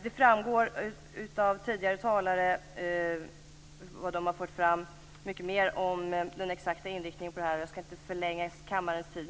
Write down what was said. Det framgår mycket mer av vad tidigare talare har fört fram om den exakta inriktningen på det här, och jag skall inte ta upp mer av kammarens tid.